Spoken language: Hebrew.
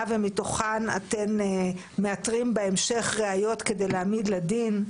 ומתוכן אתם מאתרים בהמשך ראיות כדי להעמיד לדין?